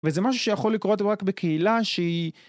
וזה משהו שיכול לקרות רק בקהילה שהיא